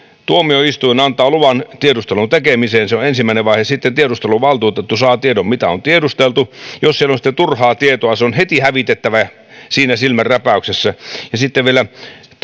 tuomioistuin antaa luvan tiedustelun tekemiseen se on ensimmäinen vaihe sitten tiedusteluvaltuutettu saa tiedon mitä on tiedusteltu jos siellä on sitten turhaa tietoa se on heti hävitettävä siinä silmänräpäyksessä ja sitten vielä